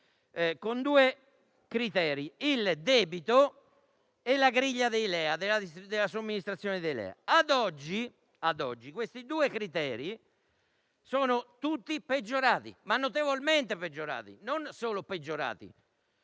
con due criteri: il debito e la griglia della somministrazione dei LEA. Ad oggi, questi due criteri non sono solo peggiorati, ma sono notevolmente peggiorati. Con riguardo